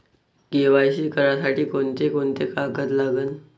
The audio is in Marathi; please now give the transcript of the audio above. के.वाय.सी करासाठी कोंते कोंते कागद लागन?